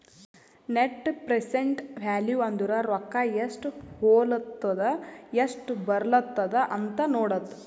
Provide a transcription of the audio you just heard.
net present value ಅಂದುರ್ ರೊಕ್ಕಾ ಎಸ್ಟ್ ಹೊಲತ್ತುದ ಎಸ್ಟ್ ಬರ್ಲತ್ತದ ಅಂತ್ ನೋಡದ್ದ